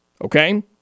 Okay